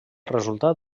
resultat